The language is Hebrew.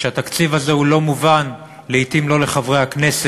שהתקציב הזה הוא לא מובן, לעתים לא לחברי הכנסת,